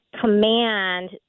command